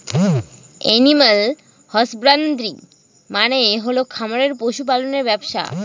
animal husbandry মানে হল খামারে পশু পালনের ব্যবসা